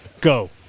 Go